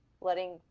letting